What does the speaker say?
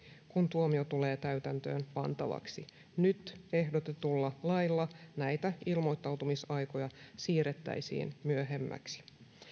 kun tuomio tulee täytäntöön pantavaksi nyt ehdotetulla lailla näitä ilmoittautumisaikoja siirrettäisiin myöhemmäksi